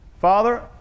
father